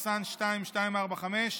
פ/2245/24,